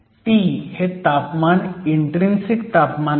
T हे तापमान intrinsic तापमान आहे